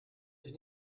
dich